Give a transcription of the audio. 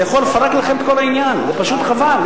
זה יכול לפרק לכם את כל העניין, זה פשוט חבל.